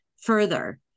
further